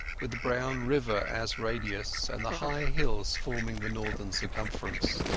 with the brown river as radius, and the high hills forming the northern circumference.